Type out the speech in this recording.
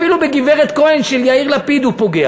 אפילו בגברת כהן של יאיר לפיד הוא פוגע.